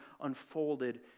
unfolded